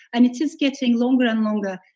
and it is getting longer and longer